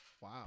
Wow